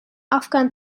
afghan